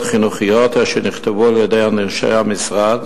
חינוכיות אשר נכתבו על-ידי אנשי המשרד,